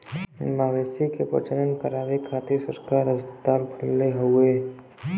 मवेशी के प्रजनन करावे खातिर सरकार अस्पताल खोलले हउवे